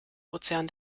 ozean